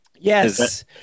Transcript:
Yes